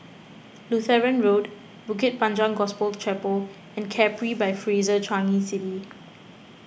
Lutheran Road Bukit Panjang Gospel Chapel and Capri by Fraser Changi City